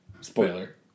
spoiler